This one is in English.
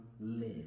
live